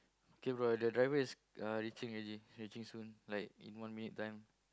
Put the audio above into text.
okay bro the driver is reaching already reaching soon like in one minute time